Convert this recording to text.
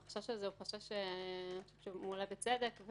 החשש הזה הוא חשש שמועלה בצדק,